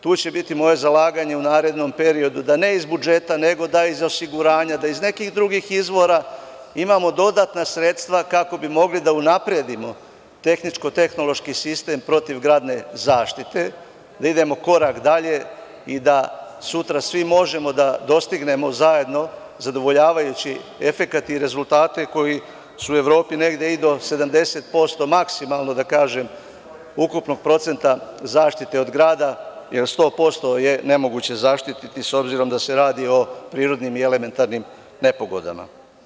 Tu će biti moje zalaganje u narednom periodu, da ne iz budžeta, nego da iz osiguranja, da iz nekih drugih izvora imamo dodatna sredstva kako bi mogli da unapredimo tehničko-tehnološki sistem protivgradne zaštite, da idemo korak dalje i da sutra svi možemo da dostignemo zajedno zadovoljavajući efekat i rezultate koji su u Evropi negde i do 70% maksimalnog, da kažem, ukupnog procenta zaštite od grada, jer 100% je nemoguće zaštititi, s obzirom da se radi o prirodnim i elementarnim nepogodama.